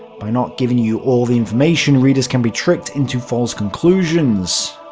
by not giving you all the information, readers can be tricked into false conclusions.